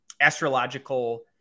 astrological